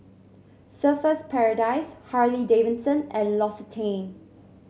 Surfer's Paradise Harley Davidson and L'Occitane